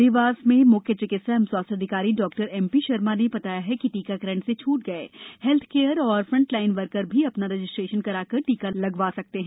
देवास में म्ख्य चिकित्सा एवं स्वास्थ्य अधिकारी डॉ एमपी शर्मा ने बताया कि टीकाकरण से छूट गए हेल्थ केयर और फ्रंटलाइन वर्कर भी अधना रजिस्ट्रेशन कर टीका लगवा सकते हैं